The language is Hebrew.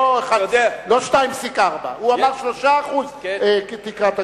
ולא 2.4%. הוא אמר 3% כתקרת הגירעון.